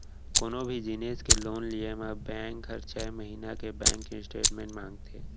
कोनों भी जिनिस के लोन लिये म बेंक हर छै महिना के बेंक स्टेटमेंट मांगथे